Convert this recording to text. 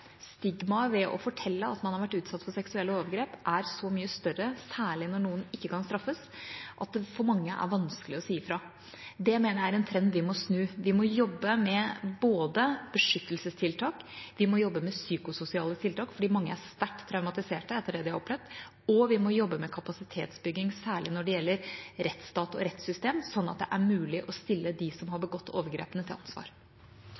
Stigmaet ved å fortelle at man har vært utsatt for seksuelle overgrep, er så mye større, særlig når noen ikke kan straffes, at det for mange er vanskelig å si fra. Det mener jeg er en trend vi må snu. Vi må både jobbe med beskyttelsestiltak, vi må jobbe med psykososiale tiltak, fordi mange er sterkt traumatiserte etter det de har opplevd, og vi må jobbe med kapasitetsbygging, særlig når det gjelder rettsstat og rettssystem, sånn at det er mulig å stille dem som har begått overgrepene, til ansvar.